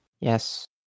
Yes